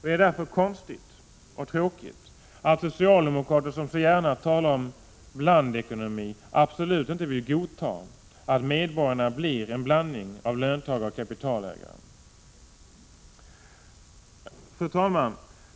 Det är därför konstigt och tråkigt att socialdemokrater, som så gärna talar om ”blandekonomi”, absolut inte vill godta att medborgarna blir en blandning av löntagare och kapitalägare. Fru talman!